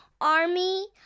army